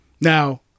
Now